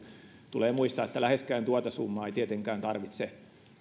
tulee muistaa että läheskään tuota summaa ei tietenkään tarvitse